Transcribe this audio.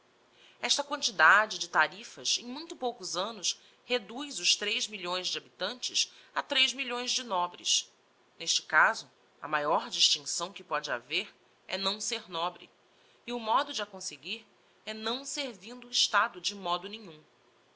esta quantidade de tarifas em muito poucos annos reduz os tres milhões de habitantes a tres milhões de nobres n'este caso a maior distincção que póde haver é não ser nobre e o modo de a conseguir é não servindo o estado de modo nenhum